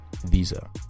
Visa